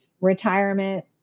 retirement